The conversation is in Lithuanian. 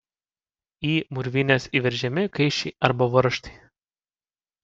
į mūrvines įveržiami kaiščiai arba varžtai